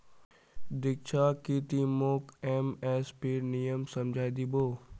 दीक्षा की ती मोक एम.एस.पीर नियम समझइ दी बो